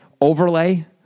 overlay